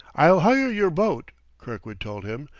i'll hire your boat, kirkwood told him,